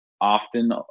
often